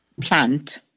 plant